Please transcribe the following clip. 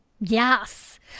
Yes